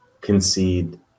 concede